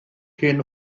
hen